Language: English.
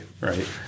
right